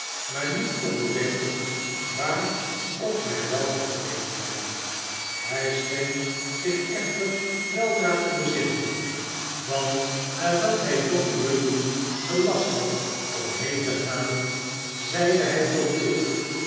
maar niet kon bedenken waar of bij welke gelegenheid hij scheen zich echter weldra te bezmnen barnaby rudge want nadat hij john grueby gelast had om heen te gaan zeide hij tot